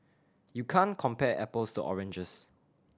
you can't compare apples to oranges